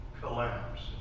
collapse